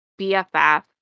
bff